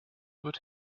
wird